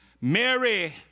Mary